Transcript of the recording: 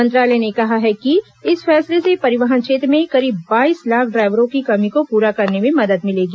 मंत्रालय ने कहा है कि इस फैसले से परिवहन क्षेत्र में करीब बाईस लाख ड्राइवरों की कमी को पूरा करने में मदद मिलेगी